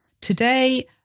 Today